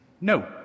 no